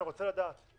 אני רוצה לדעת.